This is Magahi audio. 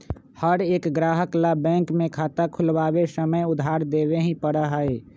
हर एक ग्राहक ला बैंक में खाता खुलवावे समय आधार देवे ही पड़ा हई